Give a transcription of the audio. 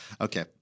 Okay